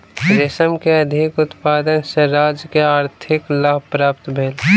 रेशम के अधिक उत्पादन सॅ राज्य के आर्थिक लाभ प्राप्त भेल